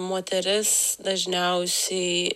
moteris dažniausiai